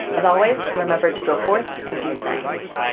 as always, remember to go forth and do science.